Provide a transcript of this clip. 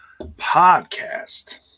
podcast